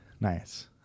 Nice